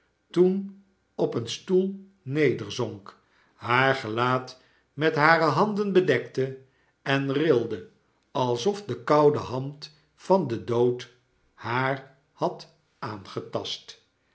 toen op een stoel nederzonk haar gelaat met hare handen bedekte en rilde alsof de koude hand van den dood haar had aangetast